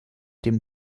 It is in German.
dem